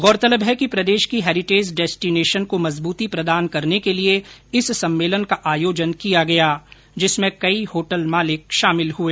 गौरतलब है कि प्रदेश की हेरिटेज डेस्टिनेशन को मजबूती प्रदान करने के लिए इस सम्मेलन का आयोजन किया गया जिसमें कई होटल मालिक शामिल हुए